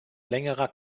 längerer